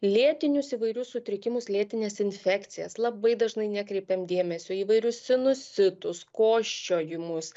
lėtinius įvairius sutrikimus lėtines infekcijas labai dažnai nekreipiam dėmesio į įvairius sinusitus kosčiojimus